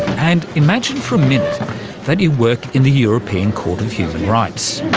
and imagine for a minute that you work in the european court of human rights.